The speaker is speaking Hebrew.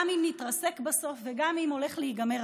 גם אם נתרסק בסוף וגם אם הדלק הולך להיגמר,